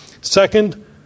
Second